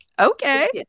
okay